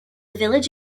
village